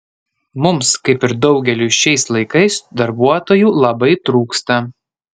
mums kaip ir daugeliui šiais laikais darbuotojų labai trūksta